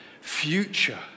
future